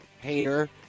hater